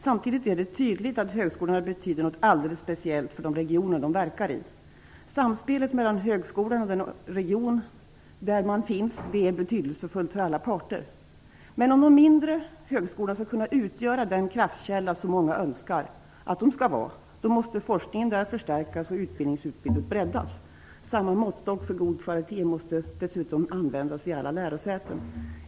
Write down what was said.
Samtidigt är det tydligt att högskolorna betyder något alldeles speciellt för de regioner de verkar i. Samspelet mellan högskolan och den region där den finns är betydelsefullt för alla parter. Men om en mindre högskola skall kunna utgöra den kraftkälla som många önskar, då måste forskningen förstärkas och utbildningsutbudet måste breddas. Samma måttstock för god kvalitet måste dessutom användas vid alla lärosäten.